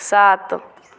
सात